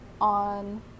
on